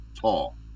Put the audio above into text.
tall